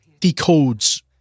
decodes